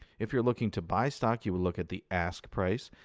if you're looking to buy stock, you will look at the ask price.